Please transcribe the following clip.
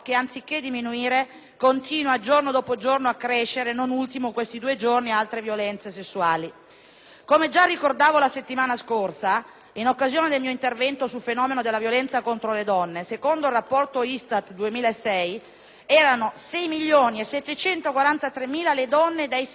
Come già ricordavo la settimana scorsa, in occasione del mio intervento sul fenomeno della violenza contro le donne, secondo il rapporto ISTAT del 2006, erano 6.743.000 le donne dai 16 ai 70 anni ad aver dichiarato di essere rimaste vittime di molestie o violenze fisiche,